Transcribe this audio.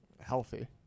healthy